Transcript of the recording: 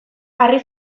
harri